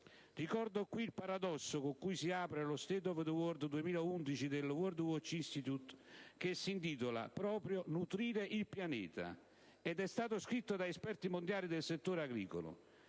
Ricordo qui il paradosso con cui si apre lo *State of the World* 2011 del *World Watch Institute*, che si intitola proprio «Nutrire il Pianeta» ed è stato scritto da esperti mondiali del settore agricolo: